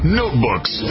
notebooks